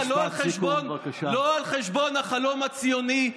לא על חשבון החלום הציוני.